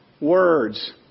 words